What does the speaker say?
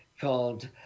called